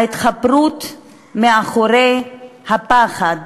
ההתחפרות מאחורי הפחד